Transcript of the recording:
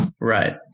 Right